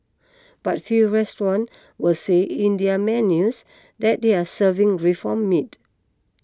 but few restaurants will say in their menus that they are serving reformed meat